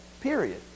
Period